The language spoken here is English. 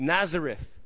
Nazareth